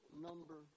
Number